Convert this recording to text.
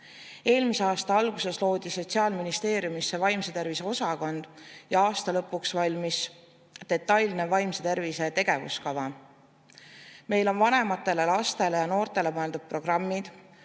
Eelmise aasta alguses loodi Sotsiaalministeeriumis vaimse tervise osakond ja aasta lõpuks valmis detailne vaimse tervise tegevuskava. Meil on vanematele lastele ja noortele mõeldud programmid,